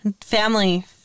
Family